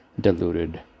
deluded